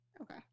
Okay